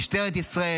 משטרת ישראל